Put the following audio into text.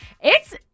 It's-